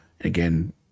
Again